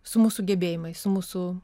su mūsų gebėjimais su mūsų